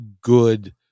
good